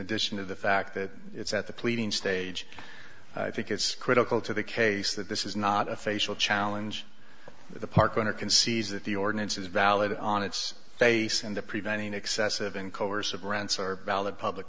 addition to the fact that it's at the pleading stage i think it's critical to the case that this is not a facial challenge the park owner concedes that the ordinance is valid on its face and the preventing excessive in coercive rants are valid public